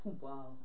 Wow